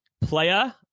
player